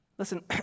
Listen